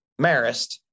Marist